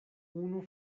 unu